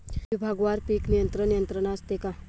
विभागवार पीक नियंत्रण यंत्रणा असते का?